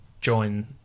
join